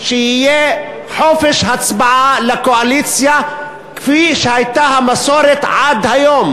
שיהיה חופש הצבעה לקואליציה כפי שהייתה המסורת עד היום.